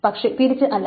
പക്ഷേ തിരിച്ച് അല്ല